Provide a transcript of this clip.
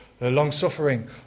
long-suffering